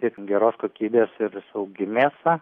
tik geros kokybės ir saugi mėsa